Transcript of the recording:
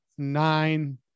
nine